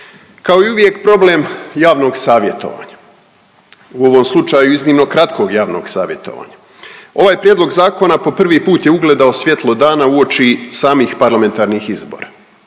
Kao i uvijek problem javnog savjetovanja. U ovom slučaju iznimno kratkog javnog savjetovanja. Ovaj prijedlog zakona po prvi put je ugledao svjetlo dana uoči samih parlamentarnih izbora.